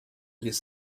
les